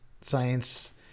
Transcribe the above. science